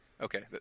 Okay